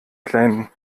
kleinen